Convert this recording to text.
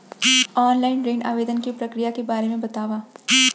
Online ऋण आवेदन के प्रक्रिया के बारे म बतावव?